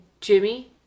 Jimmy